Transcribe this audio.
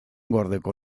gordeko